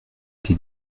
été